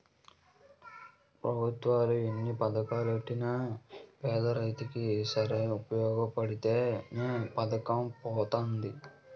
పెభుత్వాలు ఎన్ని పథకాలెట్టినా పేదరైతు కి సేరి ఉపయోగపడితే నే పేదరికం పోతది